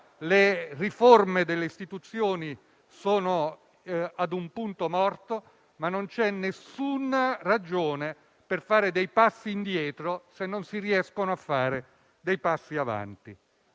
Le riforme delle istituzioni sono ad un punto morto, ma non c'è alcuna ragione per fare dei passi indietro se non si riescono a fare dei passi avanti.